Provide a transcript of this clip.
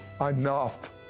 enough